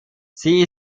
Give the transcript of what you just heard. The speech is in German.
sie